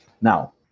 now